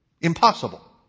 Impossible